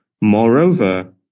Moreover